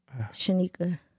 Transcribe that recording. Shanika